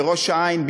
בראש-העין,